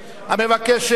המבקשת,